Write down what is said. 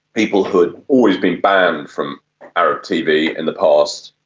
people who had always been banned from arab tv in the past,